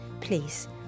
please